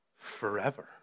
forever